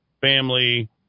family